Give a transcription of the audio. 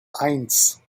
eins